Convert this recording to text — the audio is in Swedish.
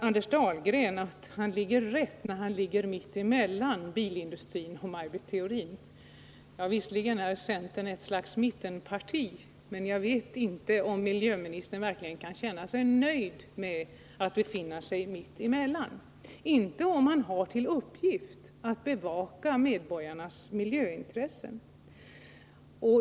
Anders Dahlgren tror att han ligger rätt när han — som han säger — ligger mitt emellan bilindustrin och Maj Britt Theorin. Ja, visserligen är centern ett slags mittenparti, men jag vet inte om miljöministern verkligen kan känna sig nöjd med att befinna sig mitt emellan — det bör han inte göra när han har till uppgift att bevaka medborgarnas miljöintressen.